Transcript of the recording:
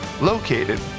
located